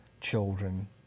children